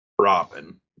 Robin